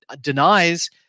denies